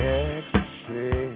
ecstasy